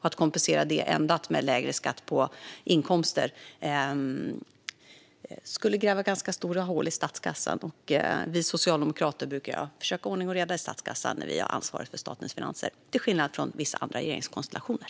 Att kompensera detta med lägre skatt på inkomster skulle gräva ganska stora hål i statskassan, och vi socialdemokrater brukar försöka att ha ordning och reda i statskassan när vi har ansvaret för statens finanser - till skillnad från vissa andra regeringskonstellationer.